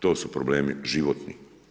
To su problemi životni.